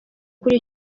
kuri